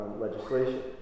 legislation